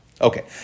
Okay